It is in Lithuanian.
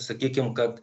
sakykime kad